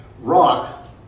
rock